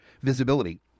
visibility